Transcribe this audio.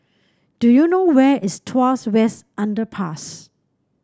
do you know where is Tuas West Underpass